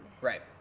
right